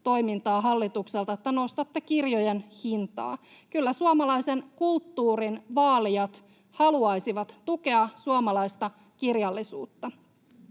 hallitukselta, että nostatte kirjojen hintaa. Kyllä suomalaisen kulttuurin vaalijat haluaisivat tukea suomalaista kirjallisuutta.